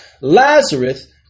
Lazarus